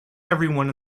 everyone